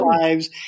lives